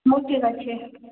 ହଉ ଠିକ୍ ଅଛି